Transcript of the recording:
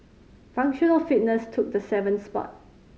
functional fitness took the seventh spot